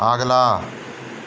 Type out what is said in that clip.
ਅਗਲਾ